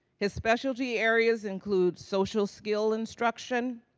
his specialty areas include social skill instruction,